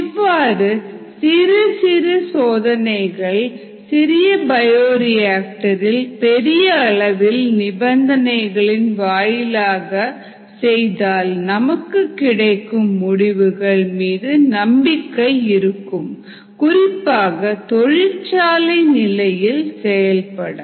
இவ்வாறு சிறுசிறு சோதனைகள் சிறிய பயோரியாக்டர்களில் பெரிய அளவில் நிபந்தனைகளின் வாயிலாக செய்தால் நமக்கு கிடைக்கும் முடிவுகள் மீது நம்பிக்கை இருக்கும் குறிப்பாக தொழிற்சாலை நிலையில் செயல்பட